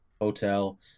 hotel